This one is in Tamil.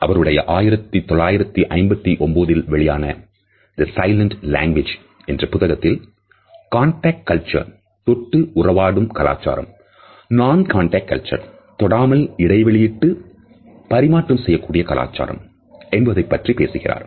அவருடைய 1959 ல் வெளியான The silent Language என்ற புத்தகத்தில்Contact culture தொட்டு உறவாடும் கலாச்சாரம் Non contact culture தொடாமல் இடைவெளிவிட்டு பரிமாற்றம் செய்யக்கூடிய கலாச்சாரம் என்பதை பற்றி பேசுகிறார்